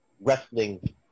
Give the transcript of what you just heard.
wrestling